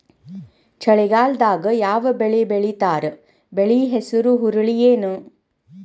ಚಳಿಗಾಲದಾಗ್ ಯಾವ್ ಬೆಳಿ ಬೆಳಿತಾರ, ಬೆಳಿ ಹೆಸರು ಹುರುಳಿ ಏನ್?